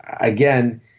again